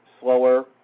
slower